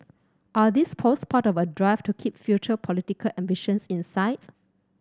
are these posts part of a drive to keep future political ambitions in sights